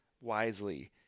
wisely